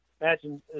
imagine